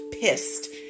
pissed